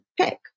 pick